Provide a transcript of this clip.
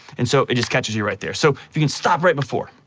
and so, it just catches you right there. so, if you can stop right before.